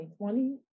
2020